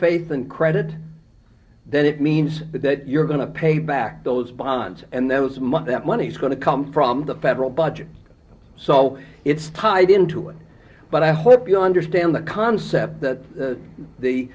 faith and credit then it means that you're going to pay back those bonds and those month that money is going to come from the federal budget so it's tied into it but i hope you understand the concept that